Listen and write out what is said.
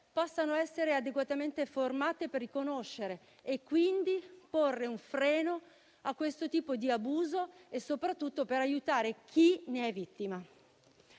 possano essere adeguatamente formati per riconoscere e quindi porre un freno a questo tipo di abuso e soprattutto per aiutare chi ne è vittima.